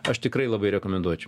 aš tikrai labai rekomenduočiau